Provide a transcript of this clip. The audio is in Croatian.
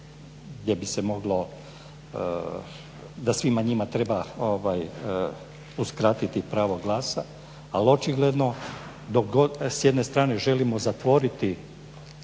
gdje bi se moglo da svima njima treba uskratiti pravo glasa. Ali očigledno dok god s jedne strane želimo zatvoriti